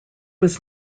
was